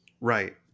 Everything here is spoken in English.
Right